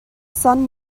sun